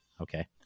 okay